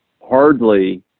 hardly